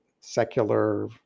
secular